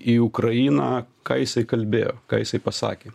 į ukrainą ką jisai kalbėjo ką jisai pasakė